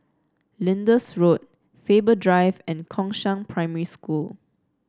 Lyndhurst Road Faber Drive and Gongshang Primary School